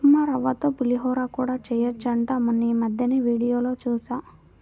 ఉప్మారవ్వతో పులిహోర కూడా చెయ్యొచ్చంట మొన్నీమద్దెనే వీడియోలో జూశా